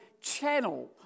channel